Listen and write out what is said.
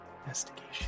Investigation